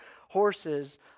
horses